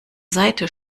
seite